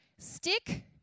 Stick